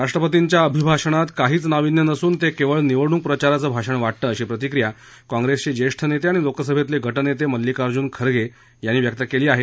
राष्ट्रपतींच्या अभिभाषणात काहीच नावीन्य नसून ते केवळ निवडणूक प्रचाराचं भाषण वाटतं अशी प्रतिक्रिया काँग्रेसये ज्येष्ठ नेते आणि लोकसभेतले गटनेते मल्लिकार्जुन खर्गे यांनी व्यक्त केली आहे